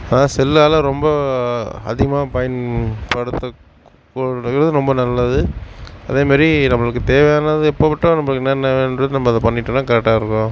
ஆனால் செல்லால் ரொம்ப அதிகமாக பயன்படுத்த ரொம்ப நல்லது அதே மாதிரி நம்மளுக்கு தேவையானது இப்போ விட்டால் நம்மளுக்கு என்னென்ன வேணுன்றது நம்ம அதை பண்ணிட்டோம்னா கரெக்டாக இருக்கும்